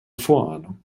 vorahnung